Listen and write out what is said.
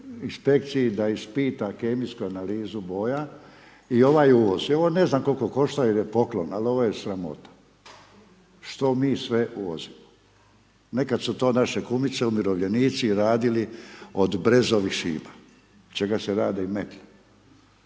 da ispita kemijsku analizu boja i ovaj uvoz i ovo ne znam koliko košta jer je poklon, al ovo je sramota što mi sve uvozimo. Nekad su to naše kumice, umirovljenici radili od brezovih šiba, od čega se rade i metle.